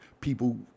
people